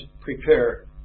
prepare